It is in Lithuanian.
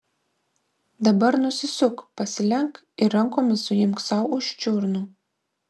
dabar nusisuk pasilenk ir rankomis suimk sau už čiurnų